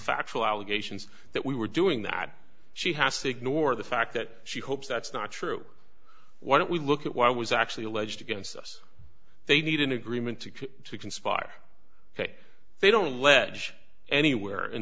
factual allegations that we were doing that she has to ignore the fact that she hopes that's not true why don't we look at why was actually alleged against us they need an agreement to conspire ok they don't ledge anywhere in